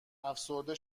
افسرده